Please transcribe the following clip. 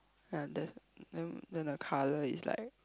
yeah the then the colour is like